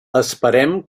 esperem